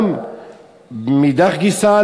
מאידך גיסא,